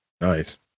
nice